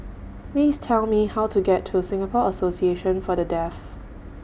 Please Tell Me How to get to Singapore Association For The Deaf